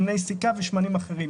שמני הסיכה ושמנים אחרים.